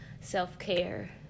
self-care